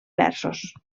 versos